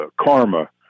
karma